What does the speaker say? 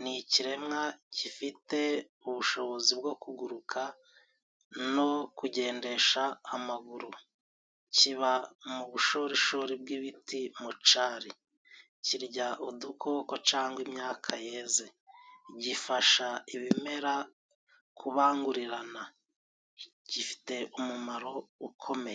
Ni ikiremwa gifite ubushobozi bwo kuguruka no kugendesha amaguru. Kiba mu bushorishori bw'ibiti mucyari. Kirya udukoko cyangwa imyaka yeze. Gifasha ibimera kubangurirana. Gifite umumaro ukomeye